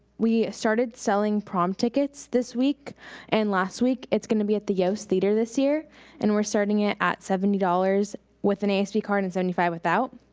we started selling prom tickets this week and last week, it's gonna be at the yost theater this year and we're starting it at seventy dollars with an asb card and seventy five without.